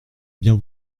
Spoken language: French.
bien